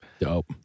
Dope